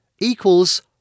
equals